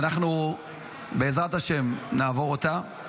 ואנחנו, בעזרת השם, נעבור אותה.